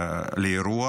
לאירוע.